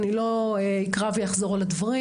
אני לא אקרא ואחזור על הדברים.